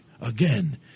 Again